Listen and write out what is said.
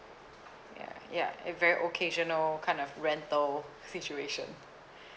ya ya a very occasional kind of rental situation